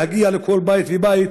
להגיע לכל בית ובית.